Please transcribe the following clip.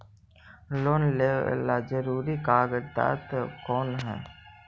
Loan लेब ला जरूरी कागजात कोन है?